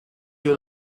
you